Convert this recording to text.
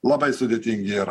labai sudėtingi yra